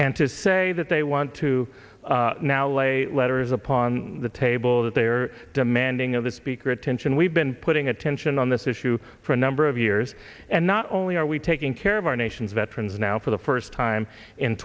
and to say that they want to now lay letters upon the table that they are demanding of the speaker attention we've been putting attention on this issue for a number of years and not only are we taking care of our nation's veterans now for the first time in